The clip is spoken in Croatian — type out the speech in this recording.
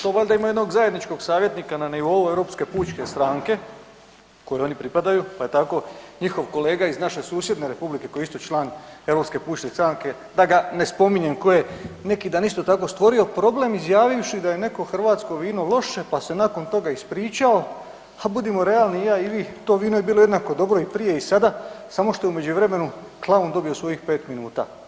To valjda imaju jednog zajedničkog savjetnika na nivou Europske pučke stranke kojoj oni pripadaju pa je tako njihov kolega iz naše susjedne republike koji je isto član Europske pučke stranke, da ga ne spominjem tko je, neki dan isto tako stvorio problem izjavivši da je neko hrvatsko vino loše, pa se nakon toga ispričao, a budimo realni i ja i vi, to vino je bilo jednako dobro i prije i sada samo što je u međuvremenu klaun dobio svojih 5 minuta.